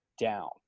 down